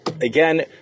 again